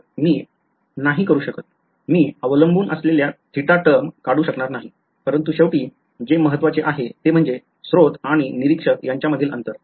तर मी नाही करू शकत मी अवलंबून असलेल्या थीटा term काढू शकणार नाही परंतु शेवटी जे महत्त्वाचे आहे ते म्हणजे स्त्रोत आणि निरीक्षक यांच्यामधील अंतर